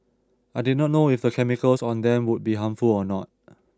I did not know if the chemicals on them would be harmful or not